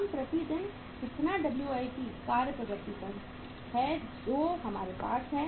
हम प्रति दिन कितना WIP कार्य प्रगति पर है जो हमारे पास है